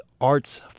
Arts